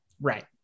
Right